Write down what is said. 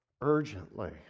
urgently